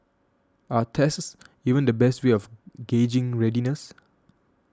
are tests even the best way of gauging readiness